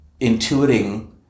intuiting